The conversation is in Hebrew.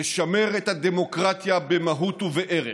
נשמר את הדמוקרטיה במהות ובערך,